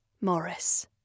Morris